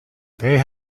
they